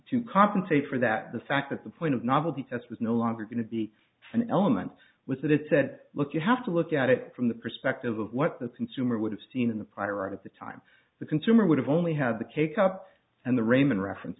to compensate for that the fact that the point of novelty test was no longer going to be an element was that it said look you have to look at it from the perspective of what the consumer would have seen in the prior art at the time the consumer would have only had the cake up and the raman reference